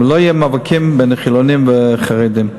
לא יהיו מאבקים בין חילונים לחרדים.